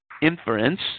inference